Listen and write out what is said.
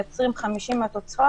מייצרים 50% מהתוצר,